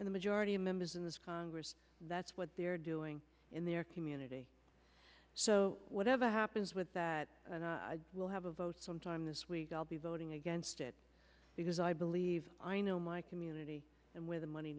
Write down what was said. marks the majority members in this congress that's what they're doing in their community so whatever happens with that and we'll have a vote sometime this week i'll be voting against it because i believe i know my community and where the money